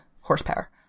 horsepower